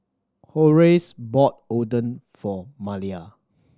Horace bought Oden for Malia